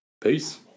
Peace